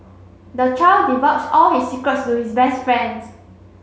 the child divulged all his secrets to his best friends